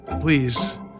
Please